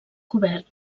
cobert